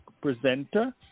presenter